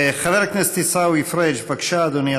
חבר הכנסת עיסאווי פריג', בבקשה, אדוני.